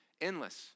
endless